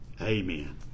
Amen